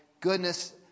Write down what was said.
Goodness